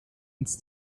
ins